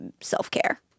self-care